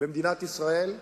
במדינת ישראל,